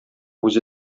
үзе